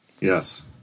Yes